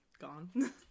gone